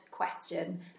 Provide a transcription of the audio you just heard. question